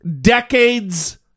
decades